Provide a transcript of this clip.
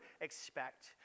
expect